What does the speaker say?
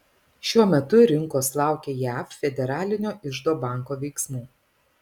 šiuo metu rinkos laukia jav federalinio iždo banko veiksmų